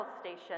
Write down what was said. Station